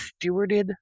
stewarded